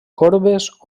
corbes